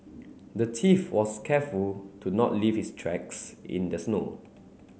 the thief was careful to not leave his tracks in the snow